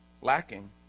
lacking